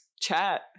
chat